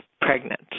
pregnant